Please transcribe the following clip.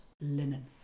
linen